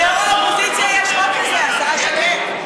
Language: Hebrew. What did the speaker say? ליו"ר האופוזיציה יש חוק כזה, השרה שקד.